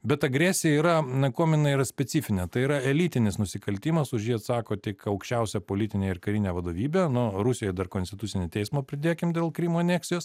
bet agresija yra na kuom jinai yra specifinė tai yra elitinis nusikaltimas už jį atsako tik aukščiausia politinė ir karinė vadovybė nu rusijoj dar konstitucinį teismą pridėkim dėl krymo aneksijos